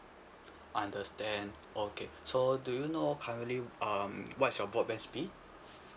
understand okay so do you know currently um what is your broadband speed